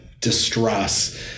distress